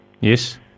Yes